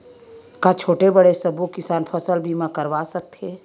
का छोटे बड़े सबो किसान फसल बीमा करवा सकथे?